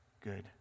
good